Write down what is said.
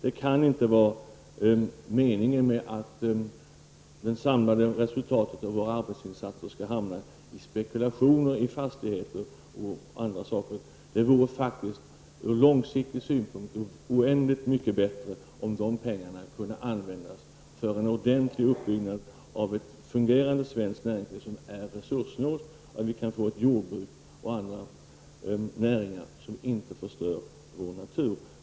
Det kan inte vara meningen att det samlade resultatet av våra arbetsinsatser skall hamna i spekulationer i fastigheter och andra saker. Det vore faktiskt på lång sikt oändligt mycket bättre om de pengarna kunde användas för en ordentlig uppbyggnad av ett fungerande svenskt näringsliv som är resurssnålt och för att få till stånd ett jordbruk och andra näringar som inte förstör vår natur.